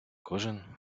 кожен